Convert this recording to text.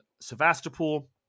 Sevastopol